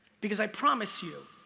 because i promise you,